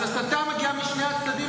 אז הסתה מגיעה משני הצדדים,